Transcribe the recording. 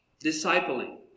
discipling